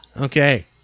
Okay